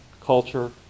culture